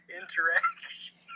interaction